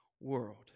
world